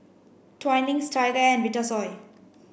Twinings TigerAir and Vitasoy